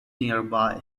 nearby